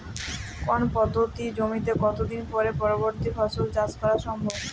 কোনো পতিত জমিতে কত দিন পরে পরবর্তী ফসল চাষ করা সম্ভব?